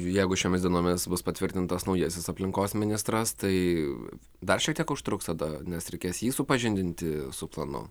jeigu šiomis dienomis bus patvirtintas naujasis aplinkos ministras tai dar šiek tiek užtruks tada nes reikės jį supažindinti su planu